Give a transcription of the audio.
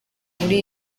muri